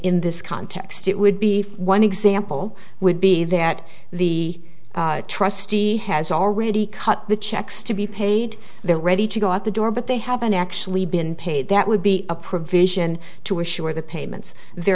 in this context it would be one example would be that the trustee has already cut the checks to be paid they're ready to go out the door but they haven't actually been paid that would be a provision to assure the payments there